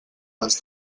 les